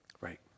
Right